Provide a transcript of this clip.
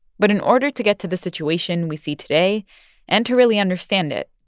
but in order to get to the situation we see today and to really understand it,